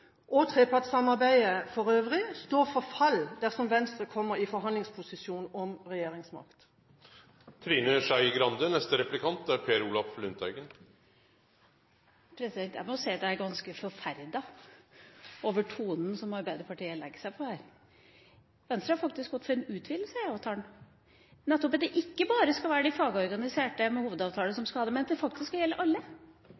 og trepartssamarbeidet for øvrig, står for fall dersom Venstre kommer i forhandlingsposisjon om regjeringsmakt? Jeg må si at jeg er ganske forferdet over tonen som Arbeiderpartiet legger seg på her. Venstre har faktisk gått for en utvidelse av IA-avtalen, nettopp for at det ikke bare skal være de fagorganiserte med